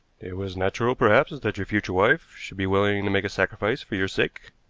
it was natural perhaps that your future wife should be willing to make a sacrifice for your sake.